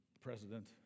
president